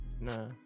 No